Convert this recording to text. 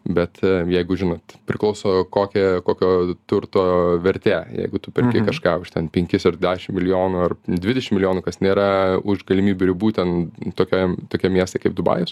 bet jeigu žinot priklauso kokia kokio turto vertė jeigu tu perki kažką už ten penkis ar dešim milijonų ar dvidešim milijonų kas nėra už galimybių ribų ten tokiam tokiam mieste kaip dubajus